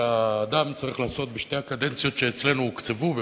שהאדם צריך לעשות בשתי הקדנציות שאצלנו הוקצבו במפ"ם,